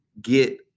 get